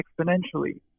exponentially